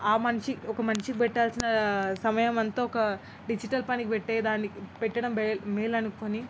ఆ మనిషి ఒక మనిషికి పెట్టాల్సిన సమయం ఎంతో ఒక డిజిటల్ పనికి పెట్టే దానికి పెట్టడం మేలు అనుకొని